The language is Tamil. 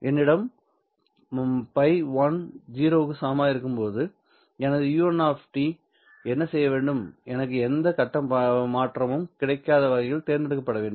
என்னிடம் φ1 0 க்கு சமமாக இருக்கும்போது எனது u1 ¿t என்ன செய்ய வேண்டும் எனக்கு எந்த கட்ட மாற்றமும் கிடைக்காத வகையில் தேர்ந்தெடுக்கப்பட வேண்டும்